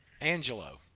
Angelo